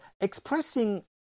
expressing